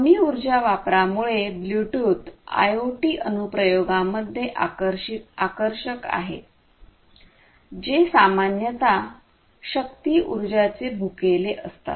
कमी उर्जा वापरामुळे ब्लूटूथ आयओटी अनुप्रयोगांमध्ये आकर्षक आहे जे सामान्यत शक्तीउर्जाचे भुकेले असतात